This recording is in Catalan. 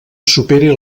supere